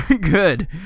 Good